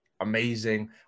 amazing